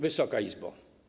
Wysoka Izbo!